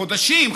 חודשים,